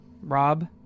Rob